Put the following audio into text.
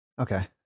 Okay